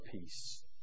peace